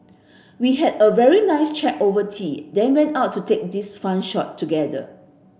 we had a very nice chat over tea then went out to take this fun shot together